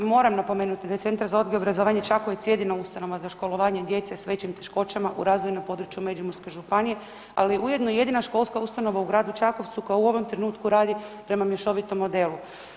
Hvala vam lijepa, moram napomenuti da je Centar za odgoj i obrazovanje Čakovec jedina ustanova za školovanje djece s većim teškoćama u razvoju na području Međimurske županije, ali ujedno i jedina školska ustanova u gradu Čakovcu koja u ovom trenutku radi prema mješovitom modelu.